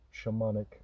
shamanic